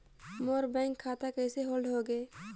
मोर bank खाता कइसे hold होगे?